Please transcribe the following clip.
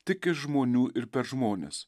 tiki žmonių ir per žmones